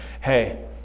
Hey